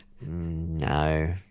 No